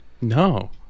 No